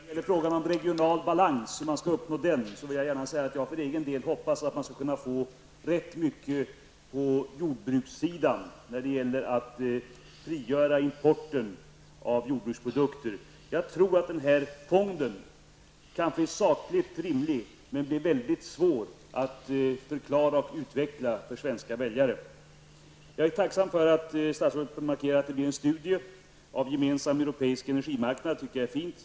Herr talman! Beträffande frågan om hur man skall uppnå regional balans vill jag gärna säga att jag för egen del hoppas att man skall kunna få rätt mycket på jordbrukssidan när det gäller att frigöra importen av jordbruksprodukter. Jag tror att den nämnda fonden är sakligt rimlig, men att den blir mycket svår att förklara och utveckla för svenska väljare. Jag är tacksam för att statsrådet kunde markera att det blir en studie av en gemensam europeisk energimarknad. Det tycker jag är fint.